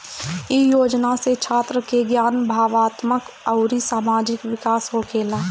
इ योजना से छात्र के ज्ञान, भावात्मक अउरी सामाजिक विकास होखेला